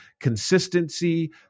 consistency